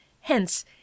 Hence